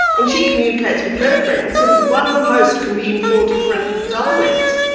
and she communicates with her friends, and one post can be in four different dialects.